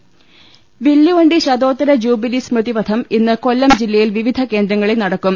ലലലലലലലലലലലല വില്ലുവണ്ടി ശതോത്തര ജൂബിലി സ്മൃതിപഥം ഇന്ന് കൊല്ലം ജില്ലയിൽ വിവിധ കേന്ദ്രങ്ങളിൽ നടക്കും